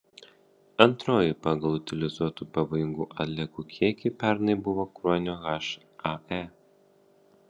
antroji pagal utilizuotų pavojingų atliekų kiekį pernai buvo kruonio hae